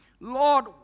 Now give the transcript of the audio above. Lord